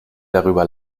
darüber